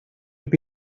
have